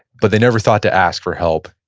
but they never thought to ask for help,